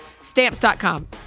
stamps.com